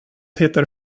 heter